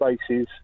spaces